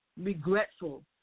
regretful